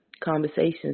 conversations